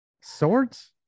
swords